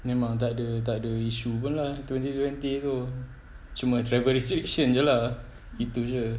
memang takde takde isu pun lah twenty twenty tu cuma travel restriction jer lah itu jer